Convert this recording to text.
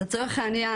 לצורך העניין,